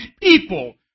people